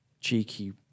cheeky